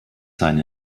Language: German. sein